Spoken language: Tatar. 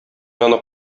аны